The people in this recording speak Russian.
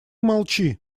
молчи